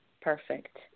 Perfect